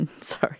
Sorry